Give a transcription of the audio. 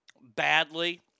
badly